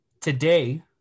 today